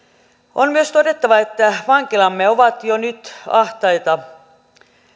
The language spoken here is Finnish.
on myös todettava että vankilamme ovat jo nyt ahtaita